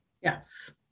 yes